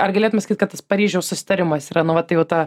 ar galėtume sakyt kad tas paryžiaus susitarimas yra nu va tai jau ta